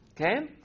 Okay